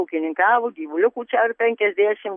ūkininkavo gyvuliukų čia ar penkiasdešim